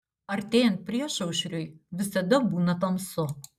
artėjant priešaušriui visada būna tamsu